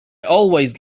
always